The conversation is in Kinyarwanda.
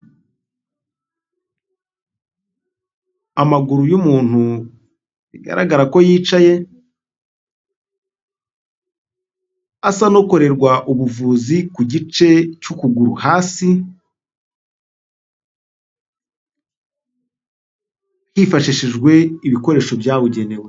Amaguru y'umuntu bigaragara ko yicaye asa n'ukorerwa ubuvuzi ku gice cy'ukuguru hasi hifashishijwe ibikoresho byabugenewe.